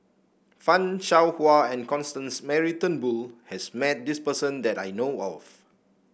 Fan Shao Hua and Constance Mary Turnbull has met this person that I know of